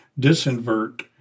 disinvert